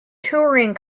touring